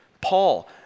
Paul